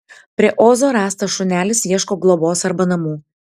prie ozo rastas šunelis ieško globos arba namų